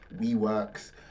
WeWorks